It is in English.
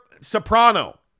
Soprano